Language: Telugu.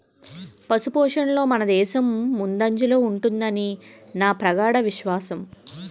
పశుపోషణలో మనదేశం ముందంజలో ఉంటుదని నా ప్రగాఢ విశ్వాసం